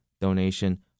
donation